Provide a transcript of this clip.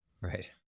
Right